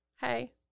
Hey